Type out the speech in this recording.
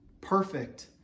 perfect